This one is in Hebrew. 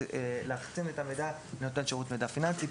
לאחסן את המידע אצל נותן שירות מידע פיננסי.